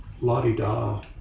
la-di-da